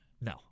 No